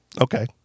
Okay